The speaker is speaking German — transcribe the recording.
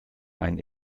ein